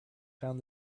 found